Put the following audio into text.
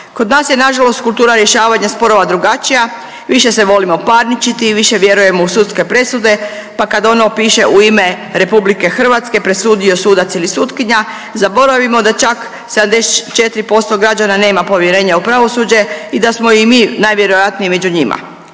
Kod nas je nažalost kultura rješavanja sporova drugačija, više se volimo parničiti, više vjerujemo u sudske presude, pa kad ono piše u ime RH, presudio sudac ili sutkinja, zaboravimo da čak 74% građana nema povjerenja u pravosuđe i da smo i mi najvjerojatnije među njima.